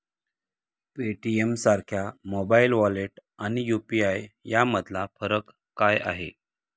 पेटीएमसारख्या mobile wallet आणि UPI यामधला फरक काय आहे?